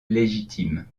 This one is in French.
légitime